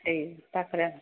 ସେଇ କାକରା